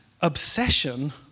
obsession